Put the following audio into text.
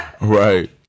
Right